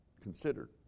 considered